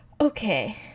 okay